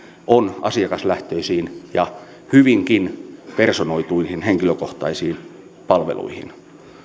on asiakaslähtöisiin ja hyvinkin personoituihin henkilökohtaisiin palveluihin